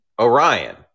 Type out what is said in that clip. Orion